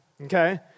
okay